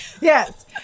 Yes